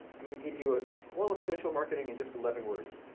i'm going to give you ah all of social marketing in just eleven words.